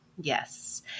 Yes